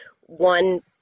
one